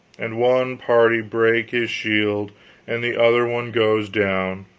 and one party brake his shield and the other one goes down,